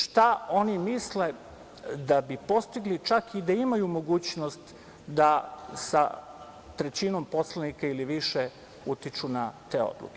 Šta oni misle da bi postigli čak i da imaju mogućnost da sa trećinom poslanika, ili više, utiču na te odluke?